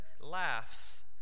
laughs